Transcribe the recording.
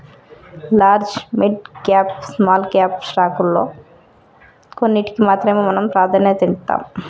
large, mid cap, small cap స్టాకుల్లో కొన్నిటికి మాత్రమే మనం ప్రాధన్యతనిత్తాం